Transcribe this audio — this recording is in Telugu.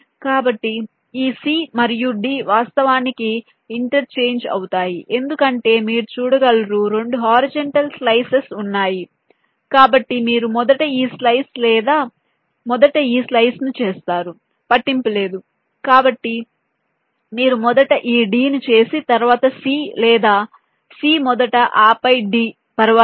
కాబట్టి ఈ c మరియు d వాస్తవానికి ఇంటర్చేంజ్ అవుతాయి ఎందుకంటే మీరు చూడగలరు 2 హారిజాంటల్ స్లైసెస్ హారిజాంటల్ slices ఉన్నాయి కాబట్టి మీరు మొదట ఈ స్లైస్ లేదా మొదట ఈ స్లైస్ను చేస్తారు పట్టింపు లేదు కాబట్టి మీరు మొదట ఈ d ను చేసి తరువాత c లేదా c మొదట ఆపై d పర్వాలేదు